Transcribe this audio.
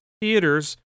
theaters